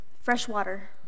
freshwater